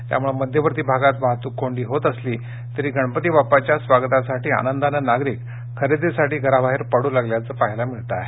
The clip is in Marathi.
त्यामुळे मध्यवर्ती भागात वाहतूक कोंडी होत असली तरीही गणपती बाप्पाच्या स्वागतासाठी आनंदाने नागरिक खरेदीसाठी घराबाहेर पडू लागल्याचे पाहायला मिळत आहे